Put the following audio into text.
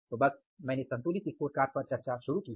तो बस मैंने संतुलित स्कोरकार्ड पर चर्चा शुरू की है